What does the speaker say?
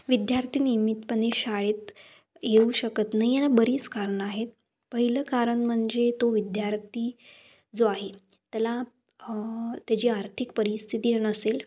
विद्यार्थी नियमितपणे शाळेत येऊ शकत नाही याला बरीच कारण आहेत पहिलं कारण म्हणजे तो विद्यार्थी जो आहे त्याला त्याची आर्थिक परिस्थिती नसेल